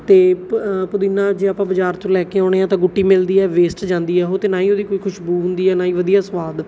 ਅਤੇ ਪ ਪੁਦੀਨਾ ਜੇ ਆਪਾਂ ਬਾਜ਼ਾਰ 'ਚੋਂ ਲੈ ਕੇ ਆਉੇਂਦੇ ਹਾਂ ਤਾਂ ਗੁੱਟੀ ਮਿਲਦੀ ਹੈ ਵੇਸਟ ਜਾਂਦੀ ਹੈ ਉਹ ਤਾਂ ਨਾ ਹੀ ਉਹਦੀ ਕੋਈ ਖੁਸ਼ਬੂ ਹੁੰਦੀ ਹੈ ਨਾ ਹੀ ਵਧੀਆ ਸਵਾਦ